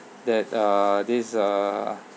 that uh this uh